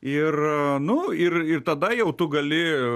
ir nu ir ir tada jau tu gali